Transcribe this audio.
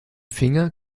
finger